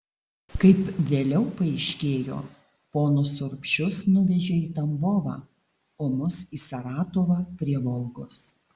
kaip vėliau paaiškėjo ponus urbšius nuvežė į tambovą o mus į saratovą prie volgos